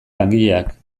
langileak